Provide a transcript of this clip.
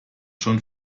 schon